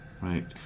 right